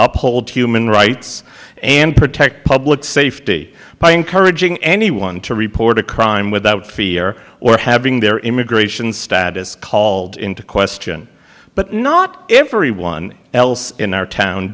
uphold human rights and protect public safety by encouraging anyone to report a crime without fear or having their immigration status called into question but not everyone else in our town